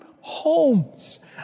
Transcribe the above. homes